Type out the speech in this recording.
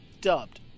dubbed